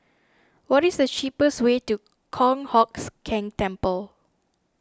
what is the cheapest way to Kong Hocks Keng Temple